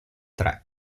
tre